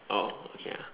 oh ya